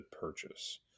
purchase